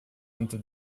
into